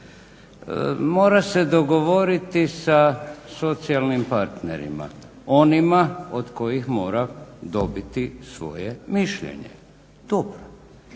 Mora se dogovoriti sa socijalnim partnerima, onima od kojih mora dobiti svoje mišljenje.